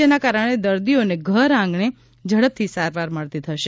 જેના કારણે દર્દીઓને ઘરઆંગણે ઝડપથી સારવાર મળતી થશે